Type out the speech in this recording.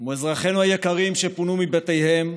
כמו אזרחינו היקרים שפונו מבתיהם,